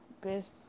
Best